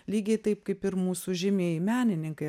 lygiai taip kaip ir mūsų žymieji menininkai